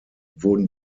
wurden